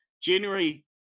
January